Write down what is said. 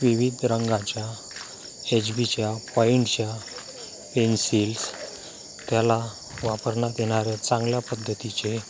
विविध रंगाच्या एच बीच्या पॉईंटच्या पेन्सिल्स त्याला वापरण्यात येणारे चांगल्या पद्धतीचे